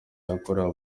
yakorewe